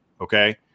okay